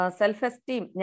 self-esteem